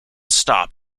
stop